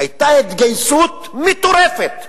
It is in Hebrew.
היתה התגייסות מטורפת.